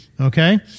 okay